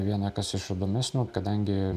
viena kas iš įdomesnių kadangi